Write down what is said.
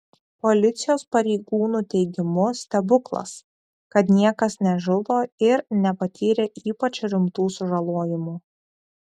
policijos pareigūnų teigimu stebuklas kad niekas nežuvo ir nepatyrė ypač rimtų sužalojimų